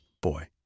boy